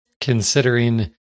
considering